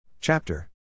Chapter